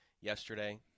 yesterday